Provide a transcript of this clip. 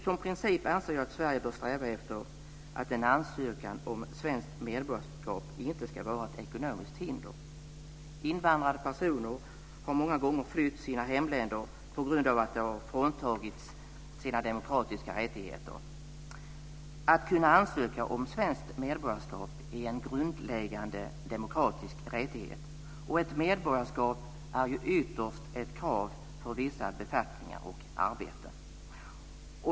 Som princip anser jag att Sverige bör sträva efter att en ansökan om svenskt medborgarskap inte ska påverkas av ett ekonomiskt hinder. Invandrade personer har många gånger flytt sin hemländer på grund av att de har fråntagits sina demokratiska rättigheter. Att kunna ansöka om svenskt medborgarskap är en grundläggande demokratisk rättighet, och ett medborgarskap är ju ytterst ett krav för vissa befattningar och arbeten.